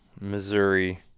missouri